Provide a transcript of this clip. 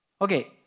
Okay